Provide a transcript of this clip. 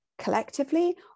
collectively